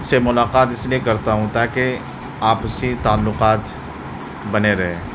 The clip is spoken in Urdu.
سے ملاقات اس لیے کرتا ہوں تاکہ آپسی تعلقات بنے رہے